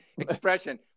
expression